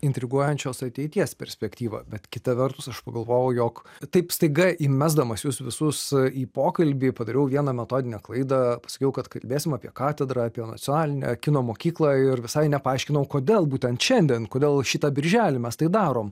intriguojančios ateities perspektyvą bet kita vertus aš pagalvojau jog taip staiga įmesdamas jus visus į pokalbį padariau vieną metodinę klaidą pasakiau kad kalbėsim apie katedrą apie nacionalinę kino mokyklą ir visai nepaaiškinau kodėl būtent šiandien kodėl šitą birželį mes tai darom